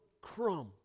crumb